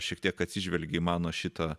šiek tiek atsižvelgė į mano šitą